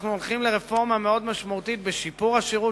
אנחנו הולכים לרפורמה מאוד משמעותית לשיפור השירות,